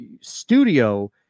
studio